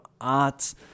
arts